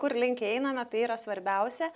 kur link einame tai yra svarbiausia